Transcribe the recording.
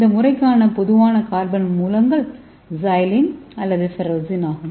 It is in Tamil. இந்த முறைக்கான பொதுவான கார்பன் மூலங்கள் சைலீன் அல்லது ஃபெரோசீன் ஆகும்